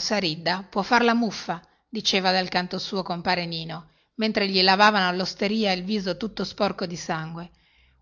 saridda può far la muffa diceva dal canto suo compare nino mentre gli lavavano allosteria il viso tutto sporco di sangue